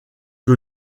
que